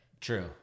True